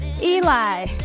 Eli